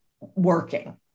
working